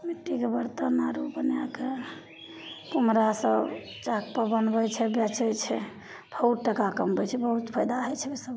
मिट्टीके बरतन आओर बनैके कुम्हरासभ चाकपर बनबै छै बेचै छै बहुत टका कमबै छै बहुत फायदा होइ छै ओहिसभकेँ